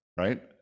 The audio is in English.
right